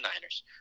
Niners